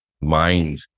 mind